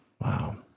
Wow